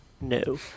No